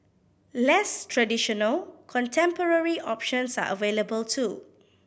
less traditional contemporary options are available too